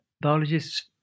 biologists